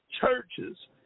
churches